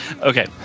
Okay